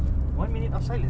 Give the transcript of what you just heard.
kawan jangan gitu eh